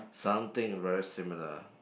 something very similar